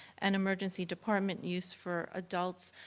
and emergency department use for adults.